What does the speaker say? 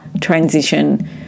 transition